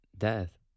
Death